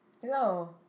Hello